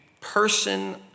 person